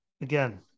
again